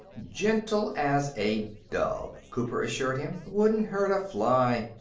gentle as a dove, cooper assured him. wouldn't hurt a fly.